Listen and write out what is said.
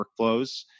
workflows